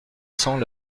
cents